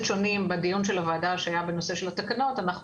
שונים בדיון של הוועדה שהיה בנושא של התקנות אנחנו